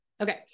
Okay